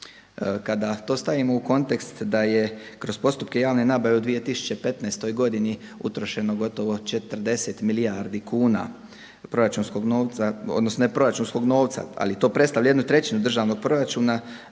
Kada to stavimo u kontekst da je kroz postupke javne nabave u 2015. godini utrošeno gotovo 40 milijardi kuna proračunskog novca odnosno ne proračunskog novca, ali to predstavlja 1/3 državnog proračuna,